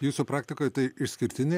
jūsų praktikoj tai išskirtiniai